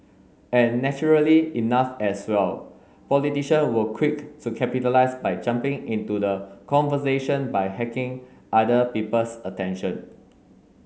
and naturally enough as well politician were quick to capitalise by jumping into the conversation by hacking other people's attention